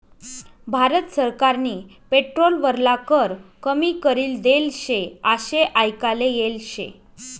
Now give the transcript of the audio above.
भारत सरकारनी पेट्रोल वरला कर कमी करी देल शे आशे आयकाले येल शे